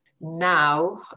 now